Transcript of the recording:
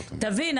תבין,